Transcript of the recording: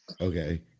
Okay